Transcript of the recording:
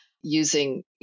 using